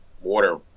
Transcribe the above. water